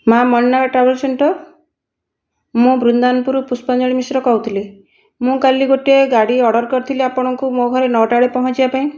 ମା' Maninag travel centre ମୁଁ ବୃନ୍ଦାବନପୁରରୁ ପୁଷ୍ପାଞ୍ଜଳି ମିଶ୍ର କହୁଥିଲି ମୁଁ କାଲି ଗୋଟିଏ ଗାଡ଼ି ଅର୍ଡର କରିଥିଲି ଆପଣଙ୍କୁ ମୋ' ଘରେ ନଅଟା ବେଳେ ପହଞ୍ଚିବା ପାଇଁ